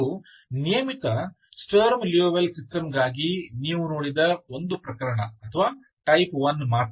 ಇದು ನಿಯಮಿತ Sturm Liouville ಸಿಸ್ಟಮ್ಗಾಗಿ ನೀವು ನೋಡಿದ ಒಂದು ಪ್ರಕರಣ ಅಥವಾ ಟೈಪ್ 1 ಮಾತ್ರ